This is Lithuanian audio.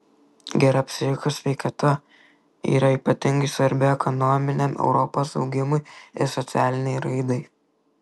gera psichikos sveikata yra ypatingai svarbi ekonominiam europos augimui ir socialinei raidai